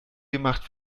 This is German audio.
gemacht